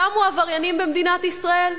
תמו עבריינים במדינת ישראל?